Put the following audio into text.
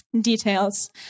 details